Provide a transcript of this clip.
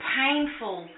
painful